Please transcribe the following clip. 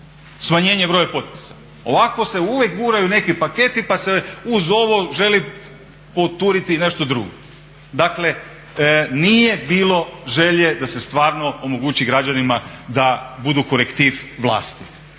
smanjenje broja potpisa. Ovako se uvijek guraju neki paketi pa se uz ovo želi poturiti i nešto drugo. Dakle nije bilo želje da se stvarno omogući građanima da budu korektiv vlasti.